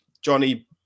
Johnny